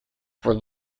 were